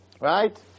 right